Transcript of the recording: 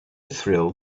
thrill